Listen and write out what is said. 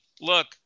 look